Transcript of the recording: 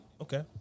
okay